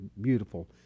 beautiful